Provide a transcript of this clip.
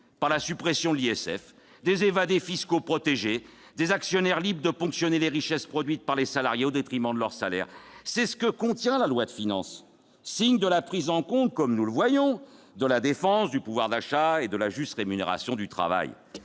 par la suppression de l'ISF, des évadés fiscaux protégés, des actionnaires libres de ponctionner les richesses produites par les salariés au détriment de leurs salaires. C'est ce que contient la loi de finances, reflet de la prise en compte, comme nous pouvons le voir, de la défense du pouvoir d'achat et de la juste rémunération du travail